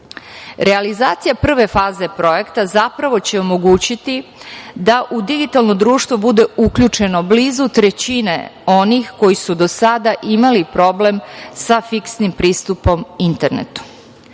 države. Realizacija prve faze projekta zapravo će omogućiti da u digitalno društvo bude uključeno blizu trećine onih koji su do sada imali problem sa fiksnim pristupom internetu.